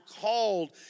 called